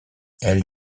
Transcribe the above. elles